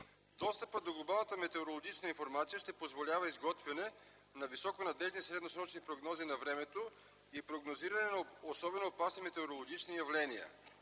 Достъпът до глобалната метеорологична информация ще позволява изготвяне на високо надеждни средносрочни прогнози на времето и прогнозиране на особено опасни метеорологични явления.